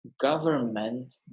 government